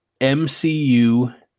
MCU